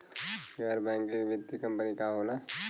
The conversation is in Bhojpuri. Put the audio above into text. गैर बैकिंग वित्तीय कंपनी का होला?